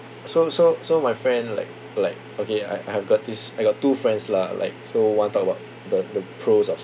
so so so my friend like like okay I I have got this I got two friends lah like so one talk about the the pros of